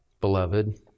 beloved